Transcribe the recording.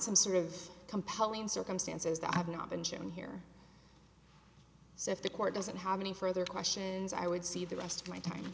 some sort of compelling circumstances that have not been shown here so if the court doesn't have any further questions i would see the rest of my time